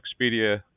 Expedia